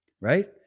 Right